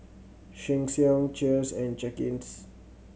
Sheng Siong Cheers and Cakenis